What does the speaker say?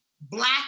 black